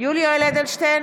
יולי יואל אדלשטיין,